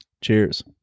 Cheers